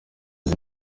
izi